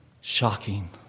shocking